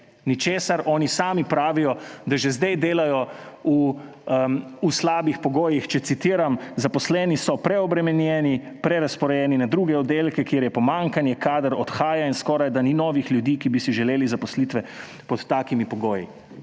ničesar. Oni sami pravijo, da že sedaj delajo v slabih pogojih, če citiram: »Zaposleni so preobremenjeni, prerazporejeni na druge oddelke, kjer je pomanjkanje. Kader odhaja in skorajda ni novih ljudi, ki bi si želeli zaposlitve pod takimi pogoji.«